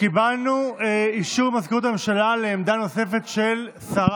קיבלנו אישור ממזכירות הממשלה לעמדה נוספת של שרת